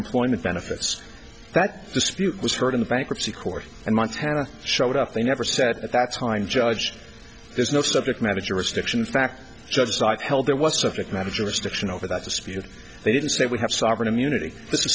benefits that dispute was heard in the bankruptcy court and montana showed up they never said at that time judge there's no subject matter jurisdiction fact held there was subject matter jurisdiction over that dispute they didn't say we have sovereign immunity